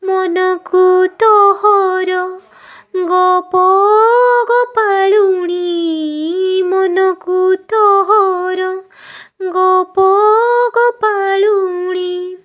ମନକୁ ତୋହର ଗୋପ ଗୋପାଳୁଣି ମନକୁ ତୋହର ଗୋପ ଗୋପାଳୁଣି